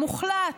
המוחלט,